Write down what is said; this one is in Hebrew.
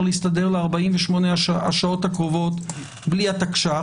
להסתדר ל-48 השעות הקרובות בלי התקש"ח.